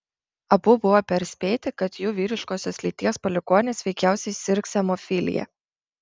abu buvo perspėti kad jų vyriškosios lyties palikuonis veikiausiai sirgs hemofilija